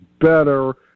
better